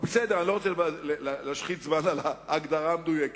בסדר, אני לא רוצה להשחית זמן על ההגדרה המדויקת.